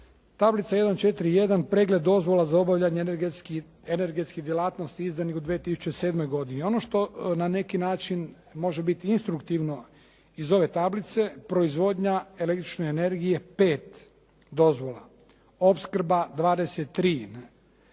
Tablica 141 pregled dozvola za obavljanje energetskih djelatnosti izdanih u 2007. godini. Ono što na neki način može biti instruktivno iz ove tablice proizvodnja električne energije 5 dozvola, opskrba 23.